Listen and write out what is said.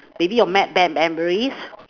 maybe your bad bad memories